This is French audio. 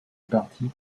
parti